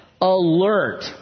alert